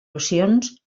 solucions